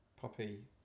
poppy